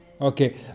Okay